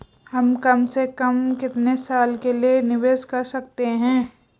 हम कम से कम कितने साल के लिए निवेश कर सकते हैं?